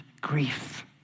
grief